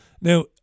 Now